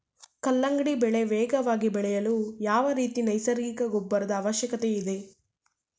ಕಲ್ಲಂಗಡಿ ಬೆಳೆ ವೇಗವಾಗಿ ಬೆಳೆಯಲು ಯಾವ ರೀತಿಯ ನೈಸರ್ಗಿಕ ಗೊಬ್ಬರದ ಅವಶ್ಯಕತೆ ಇದೆ?